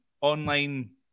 online